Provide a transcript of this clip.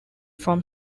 from